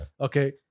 Okay